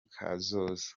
kazoza